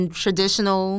traditional